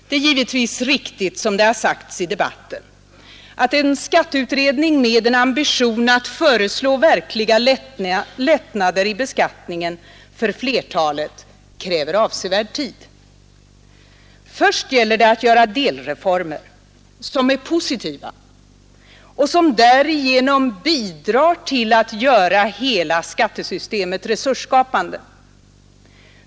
Det är givetvis riktigt som det har sagts i debatten, att en skatteutredning med en ambition att föreslå verkliga lättnader i beskattningen för flertalet kräver avsevärd tid. Först gäller det att göra delreformer, som är positiva och som därigenom bidrar till att göra hela skattesystemet resursskapande.